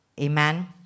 Amen